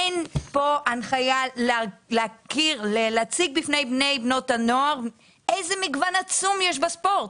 אין פה הנחיה להציג בפני בני ובנות הנוער איזה מגוון עצום יש בספורט.